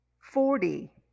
Forty